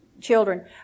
children